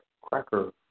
cracker